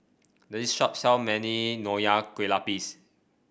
this shop sell many Nonya Kueh Lapis